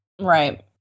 Right